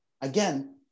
Again